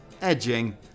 Edging